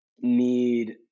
need